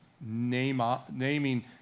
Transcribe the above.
naming